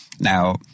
Now